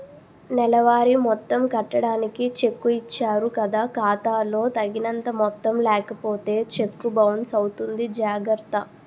నెలవారీ మొత్తం కట్టడానికి చెక్కు ఇచ్చారు కదా ఖాతా లో తగినంత మొత్తం లేకపోతే చెక్కు బౌన్సు అవుతుంది జాగర్త